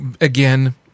Again